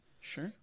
Sure